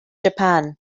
japan